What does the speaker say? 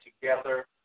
together